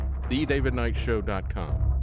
TheDavidKnightShow.com